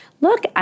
Look